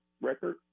record